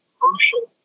crucial